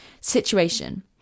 situation